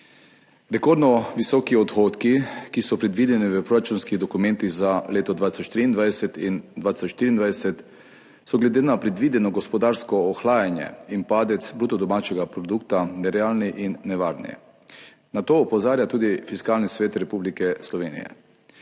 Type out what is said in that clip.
Rekordno visoki odhodki, ki so predvideni v proračunskih dokumentih za leti 2023 in 2024, so glede na predvideno gospodarsko ohlajanje in padec bruto domačega produkta nerealni in nevarni. Na to opozarja tudi Fiskalni svet Republike Slovenije.